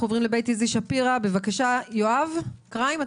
בית איזי שפירא, יואב קריים,